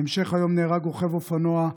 בהמשך היום נהרג רוכב אופנוע,